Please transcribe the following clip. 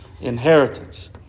inheritance